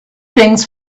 things